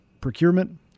procurement